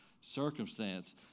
circumstance